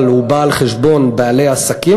אבל הוא בא על חשבון בעלי עסקים,